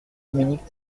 dominique